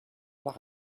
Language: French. par